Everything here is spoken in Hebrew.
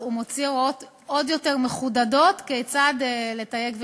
הוא מוציא הוראות עוד יותר מחודדות כיצד לתייק ולרשום.